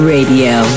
Radio